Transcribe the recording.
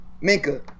Minka